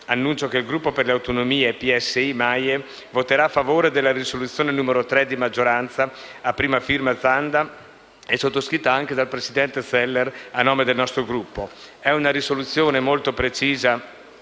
annuncio che il Gruppo per le Autonomie-PSI-MAIE voterà a favore della risoluzione n. 3 di maggioranza, a prima firma Zanda e sottoscritta anche dal presidente Zeller a nome del nostro Gruppo. È una risoluzione molto precisa